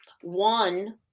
One